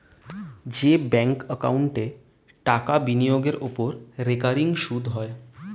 যে ব্যাঙ্ক একাউন্টে টাকা বিনিয়োগের ওপর রেকারিং সুদ হয়